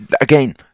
again